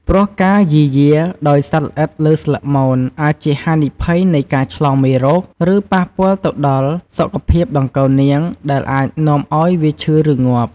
ព្រោះការយីយាដោយសត្វល្អិតលើស្លឹកមន អាចជាហានិភ័យនៃការឆ្លងមេរោគ ឬប៉ះពាល់ទៅដល់សុខភាពដង្កូវនាង ដែលអាចនាំឲ្យវាឈឺឬងាប់។